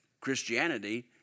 Christianity